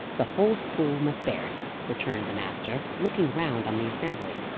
the whole school must bear it, returned the master, looking round on the assembly.